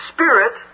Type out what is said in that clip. Spirit